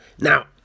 Now